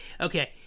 Okay